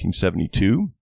1972